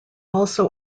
also